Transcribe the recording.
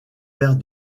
père